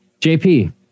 JP